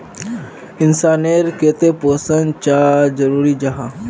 इंसान नेर केते पोषण चाँ जरूरी जाहा?